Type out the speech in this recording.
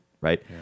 right